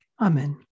Amen